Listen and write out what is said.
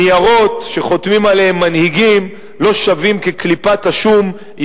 ניירות שחותמים עליהם מנהיגים לא שווים כקליפת השום אם